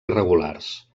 irregulars